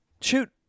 Shoot